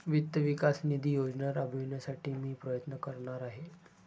वित्त विकास निधी योजना राबविण्यासाठी मी प्रयत्न करणार आहे